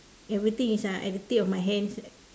everything is uh is at the tip of my hands